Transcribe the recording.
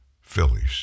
Phillies